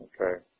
Okay